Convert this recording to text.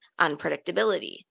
unpredictability